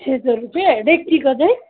छ सय रुपियाँ डेक्चीको चाहिँ